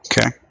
Okay